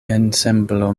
ensemblo